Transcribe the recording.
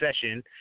session